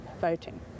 voting